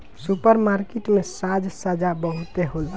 super market में साज सज्जा बहुते होला